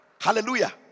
Hallelujah